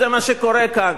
וזה מה שקורה כאן.